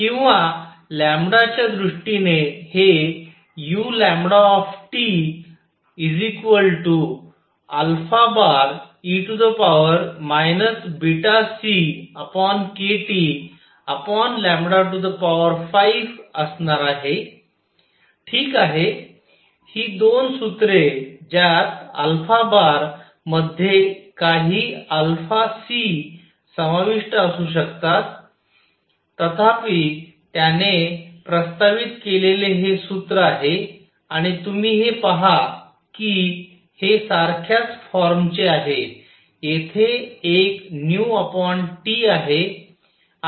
किंवा च्या दृष्टीने हे u e βckTλ5असणार आहे ठीक आहे ही दोन सूत्रे ज्यात मध्ये काही cसमाविष्ट असू शकतात तथापि त्याने प्रस्तावित केलेले हे सूत्र आहे आणि तुम्ही हे पहा की हे सारख्याच फॉर्म चे आहे येथे एक T आहे आणि येथे T आहे